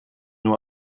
nur